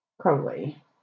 Crowley